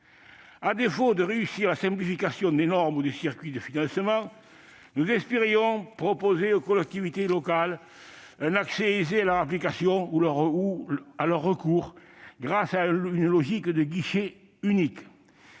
À défaut de réussir la simplification des normes ou des circuits de financement, nous espérions proposer aux collectivités locales un accès aisé à leur application ou à leur recours, grâce à une logique de guichet unique.